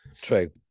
true